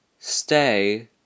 stay